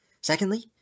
Secondly